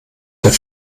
der